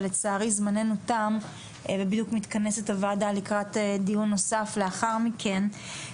אבל לצערי זמננו תם ובדיוק מתכנסת הוועדה לקראת דיון נוסף לאחר מכן.